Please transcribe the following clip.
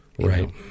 Right